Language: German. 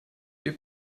wir